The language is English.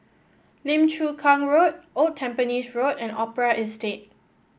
Lim Chu Kang Road Old Tampines Road and Opera Estate